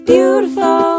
Beautiful